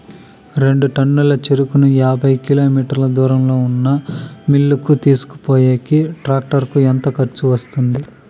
రెండు టన్నుల చెరుకును యాభై కిలోమీటర్ల దూరంలో ఉన్న మిల్లు కు తీసుకొనిపోయేకి టాక్టర్ కు ఎంత ఖర్చు వస్తుంది?